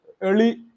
early